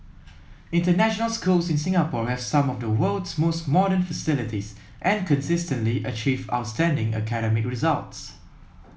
international schools in Singapore have some of the world's most modern facilities and consistently achieve outstanding academic results